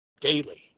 daily